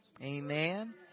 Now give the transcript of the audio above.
Amen